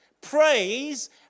Praise